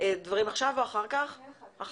דברים עכשיו או אחר כך?